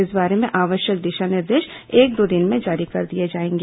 इस बारे में आवश्यक दिशा निर्देश एक दो दिन में जारी कर दिए जाएंगे